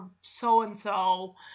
so-and-so